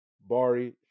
Bari